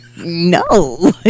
no